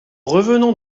revenant